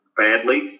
badly